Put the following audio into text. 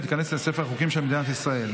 ותיכנס לספר החוקים של מדינת ישראל.